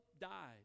died